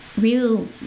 real